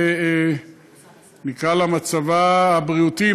ונקרא לה מצבה הבריאותי,